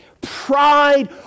pride